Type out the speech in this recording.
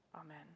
Amen